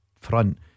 front